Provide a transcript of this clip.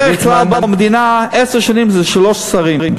בדרך כלל במדינה עשר שנים זה שלושה שרים,